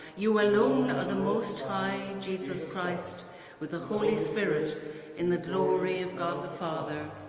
you alone are the most high, jesus christ with the holy spirit in the glory of god the father.